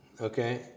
Okay